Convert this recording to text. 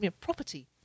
property